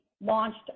launched